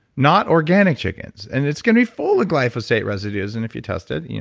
not organic chickens and it's going to be full of glyphosate residues and if you test it.